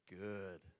good